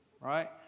right